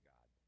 God